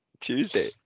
Tuesday